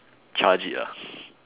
charge it lah